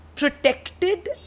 protected